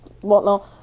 whatnot